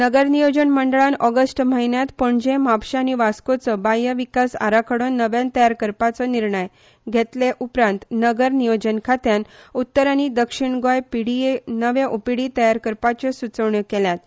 नगर नियोजन मंडळान ऑगस्ट म्हयन्यांत पणजी म्हापशें आनी वास्कोच्या बाह्य विकास आराखडो नव्यान तयार कनरपाचो निर्णय घेतले उपरांत नगर नियोजन खात्यान उत्तर आनी दक्षीण गोंय पिडिएक नवे ओडिपी तयार करपाच्यो सुचोवण्यो केल्यात